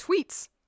Tweets